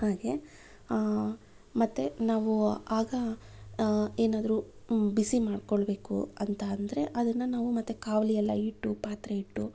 ಹಾಗೆ ಮತ್ತೆ ನಾವು ಆಗ ಏನಾದರೂ ಬಿಸಿ ಮಾಡ್ಕೊಳ್ಬೇಕು ಅಂತ ಅಂದರೆ ಅದನ್ನು ನಾವು ಮತ್ತೆ ಕಾವಲಿ ಎಲ್ಲ ಇಟ್ಟು ಪಾತ್ರೆ ಇಟ್ಟು